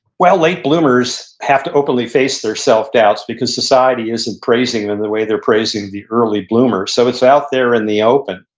well, late bloomers have to openly face their self-doubts because society isn't praising them the way they're praising the early bloomers. so it's out there in the open.